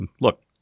Look